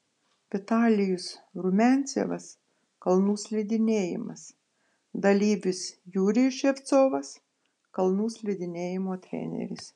vitalijus rumiancevas kalnų slidinėjimas dalyvis jurijus ševcovas kalnų slidinėjimo treneris